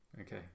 Okay